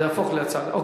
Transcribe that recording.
זה יהפוך להצעה לסדר-היום.